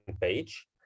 page